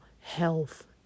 health